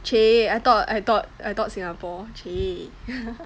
!chey! I thought I thought I thought Singapore !chey!